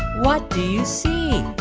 what do you see?